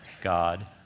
God